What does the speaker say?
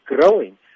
growing